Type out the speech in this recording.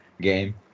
game